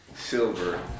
silver